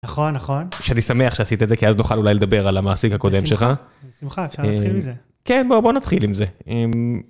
נכון, נכון. שאני שמח שעשית את זה, כי אז נוכל אולי לדבר על המעסיק הקודם שלך. בשמחה, אפשר להתחיל מזה. כן, בוא נתחיל עם זה.